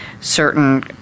certain